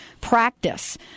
practice